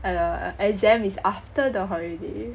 err exam is after the holiday